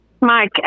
Mike